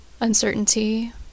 uncertainty